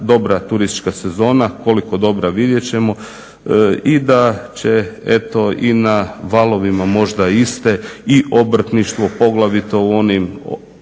dobra turistička sezona, koliko dobra vidjet ćemo, i da će eto i na valovima možda iste i obrtništvo poglavito u onim dalmatinskim,